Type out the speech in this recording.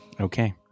Okay